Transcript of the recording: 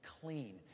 clean